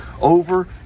over